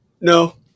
No